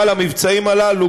אבל המבצעים הללו,